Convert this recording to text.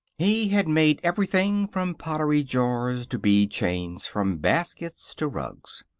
he had made everything from pottery jars to bead chains, from baskets to rugs.